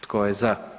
Tko je za?